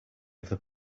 other